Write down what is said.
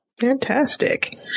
Fantastic